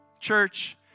church